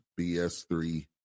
BS3